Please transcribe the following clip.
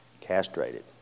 castrated